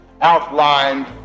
outlined